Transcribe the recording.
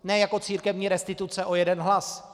Ne jako církevní restituce o jeden hlas.